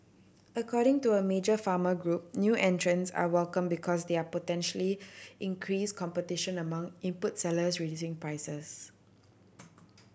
according to a major farmer group new entrants are welcome because they are potentially increase competition among input sellers reducing prices